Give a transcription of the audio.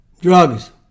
drugs